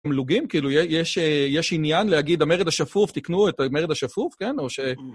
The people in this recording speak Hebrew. תמלוגים, כאילו, יש עניין להגיד, המרד השפוף, תקנו את המרד השפוף, כן, או ש...